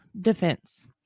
defense